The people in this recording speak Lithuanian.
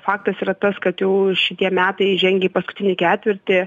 faktas yra tas kad jau šitie metai žengia į paskutinį ketvirtį